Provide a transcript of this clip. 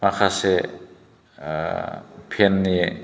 माखासे फेननि